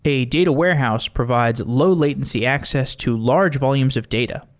a data warehouse provides low-latency access to large volumes of data.